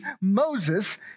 Moses